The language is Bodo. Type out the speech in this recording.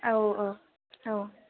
औ औ औ